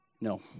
No